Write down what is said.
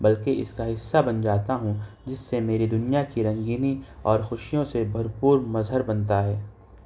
بلکہ اس کا حصہ بن جاتا ہوں جس سے میری دنیا کی رنگینی اور خوشیوں سے بھرپور مظہر بنتا ہے